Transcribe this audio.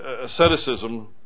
asceticism